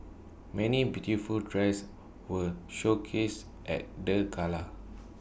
many beautiful dresses were showcased at the gala